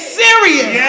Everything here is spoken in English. serious